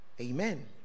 Amen